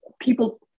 people